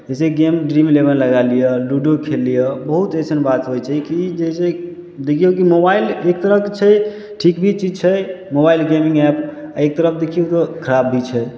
जैसेकि game dream eleven लगा लिअ लूडो खेल लिअ बहुत एसन बात होइ छै कि जैसे देखियौ कि मोबाइल एक तरहक छै ठीक भी चीज छै मोबाइल गेमिंग एप्प आ एक तरफ देखियौ तऽ खराब भी छै